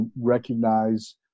recognize